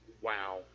wow